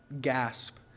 gasp